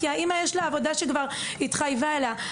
כי האמא יש לה עבודה שכבר התחייבה אליה.